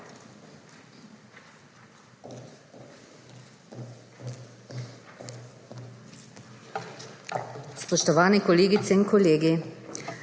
Spoštovani kolegice in kolegi,